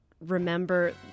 remember